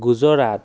Gujarat